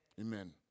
Amen